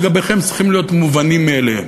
לגביכם צריכים להיות מובנים מאליהם.